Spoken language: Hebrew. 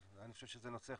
אני חושב שזה נושא חשוב,